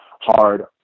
hard